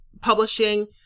publishing